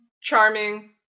charming